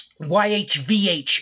YHVH